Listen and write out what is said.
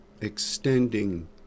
extending